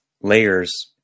layers